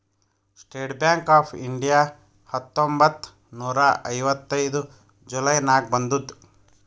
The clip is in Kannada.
ಸ್ಟೇಟ್ ಬ್ಯಾಂಕ್ ಆಫ್ ಇಂಡಿಯಾ ಹತ್ತೊಂಬತ್ತ್ ನೂರಾ ಐವತ್ತೈದು ಜುಲೈ ನಾಗ್ ಬಂದುದ್